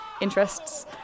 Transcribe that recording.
interests